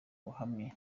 buhamye